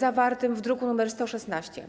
zawartym w druku nr 116.